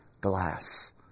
glass